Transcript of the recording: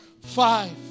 five